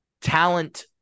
talent